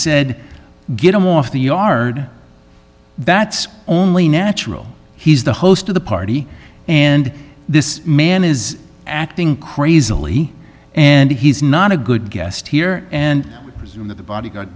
said get him off the yard that's only natural he's the host of the party and this man is acting crazily and he's not a good guest here and presume that the body